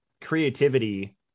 creativity